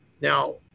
Now